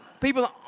People